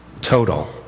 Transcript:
Total